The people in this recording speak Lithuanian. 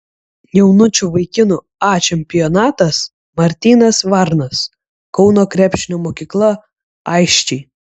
jaunučių vaikinų a čempionatas martynas varnas kauno krepšinio mokykla aisčiai